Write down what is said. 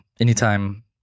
anytime